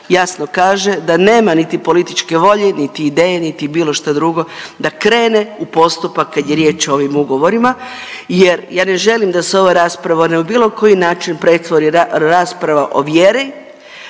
jasno kaže da nema niti političke volje, niti ideje, niti bilo šta drugo da krene u postupak kada je riječ o ovim ugovorima jer ja ne želim da se ova rasprava na bilo koji način pretvori rasprava o vjeri,